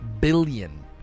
billion